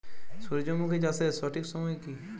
সূর্যমুখী চাষের সঠিক সময় কি?